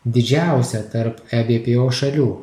didžiausia tarp ebpo šalių